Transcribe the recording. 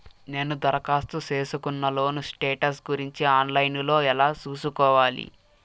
నేను దరఖాస్తు సేసుకున్న లోను స్టేటస్ గురించి ఆన్ లైను లో ఎలా సూసుకోవాలి?